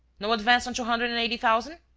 no advance on two hundred and eighty thousand?